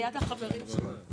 ליד החברים שלי.